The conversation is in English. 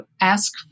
ask